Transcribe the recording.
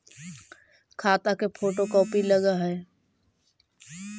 खाता के photo copy लगहै?